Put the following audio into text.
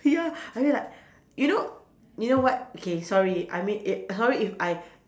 ya I mean like you know you know what okay sorry I mean it sorry if I